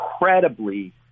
incredibly